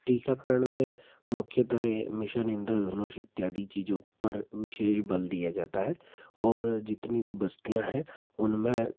टीकाकरण में मुख्यतः मिशन इंद्रधनुष इत्यादि चीजों पर विशेष बल दिया जाता है और जितनी भी बस्तियाँ हैं उनमें